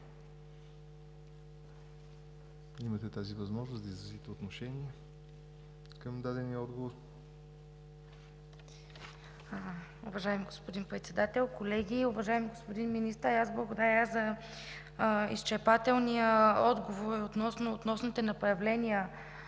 имате възможност да изразите отношение към дадения отговор.